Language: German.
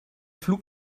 flug